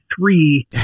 three